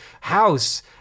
house